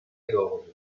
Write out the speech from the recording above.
gorge